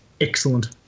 excellent